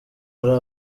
ari